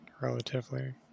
relatively